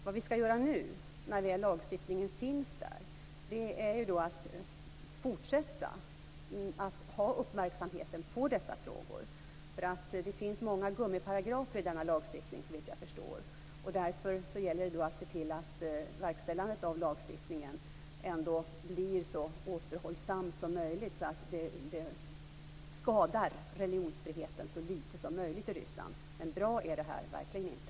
Vad vi skall göra nu när väl lagstiftningen finns är att fortsätta att ha uppmärksamheten på dessa frågor. Såvitt jag förstår finns det många gummiparagrafer i denna lagstiftning. Därför gäller det att se till att verkställandet ändå blir så återhållsamt som möjligt så att det skadar religionsfriheten i Ryssland så litet som möjligt. Men bra är det här verkligen inte.